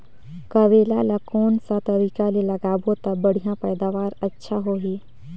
करेला ला कोन सा तरीका ले लगाबो ता बढ़िया पैदावार अच्छा होही?